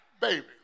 Baby